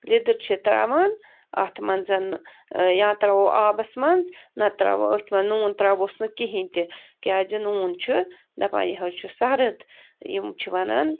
لدٕر چھِ تَرٛاوان اَتھ منٛز ٲں یا تَرٛاوو آبَس منٛز نَہ تہٕ تَرٛاوو أتھۍ منٛز نوٗن ترٛاوہس نہٕ کِہیٖنی تہِ کیٛازِ نوٗن چھُ دَپان یہِ حظ چھُ سرٕد یِم چھِ وَنان